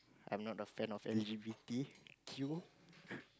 I'm not the fan of L_G_B_T_Q